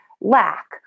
lack